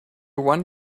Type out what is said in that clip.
one